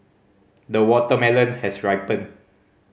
the watermelon has ripened